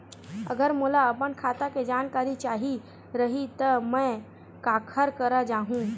अगर मोला अपन खाता के जानकारी चाही रहि त मैं काखर करा जाहु?